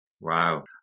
Wow